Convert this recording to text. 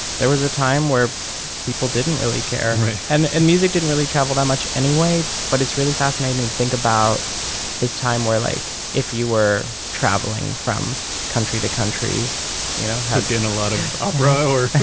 there was a time where people didn't really care and and music didn't really travel that much anyway. but it's really fascinating to think about this time where, like if you were traveling from country to country to you know gain a lot of opera hour,